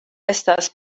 estas